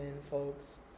folks